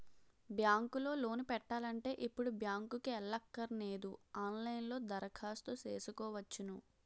bank లో loan పెట్టాలంటే ఇప్పుడు బ్యాంకుకి ఎల్లక్కరనేదు ఆన్ లైన్ లో దరఖాస్తు సేసుకోవచ్చును